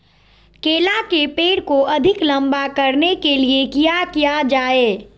केला के पेड़ को अधिक लंबा करने के लिए किया किया जाए?